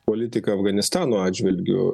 politiką afganistano atžvilgiu